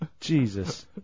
Jesus